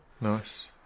Nice